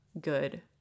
good